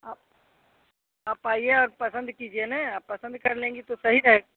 आप आप आइए और पसंद कीजिए ना आप पसंद कर लेंगी तो सही रहेगा